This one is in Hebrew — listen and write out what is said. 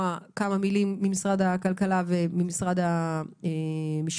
כמה מילים ממשרד הכלכלה וממשרד המשפטים,